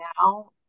now